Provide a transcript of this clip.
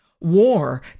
War